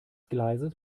gleises